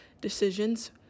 decisions